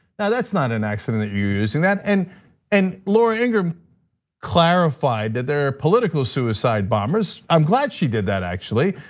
now that's not an accident that you're using that, and and laura ingrim clarified that there are political suicide bombers. i'm glad she did that actually,